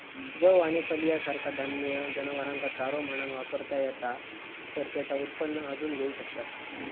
जौ आणि फलिया सारखा धान्य जनावरांका चारो म्हणान वापरता येता तर तेचा उत्पन्न अजून घेऊ शकतास